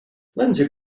lindsey